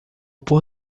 pôr